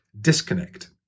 disconnect